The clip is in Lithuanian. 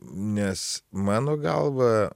nes mano galva